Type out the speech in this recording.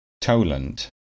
Toland